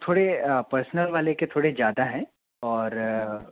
थोड़े पर्सनल वाले के थोड़े ज़्यादा हैं और